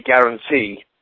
guarantee